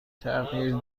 تغییر